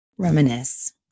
Reminisce